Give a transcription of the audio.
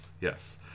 yes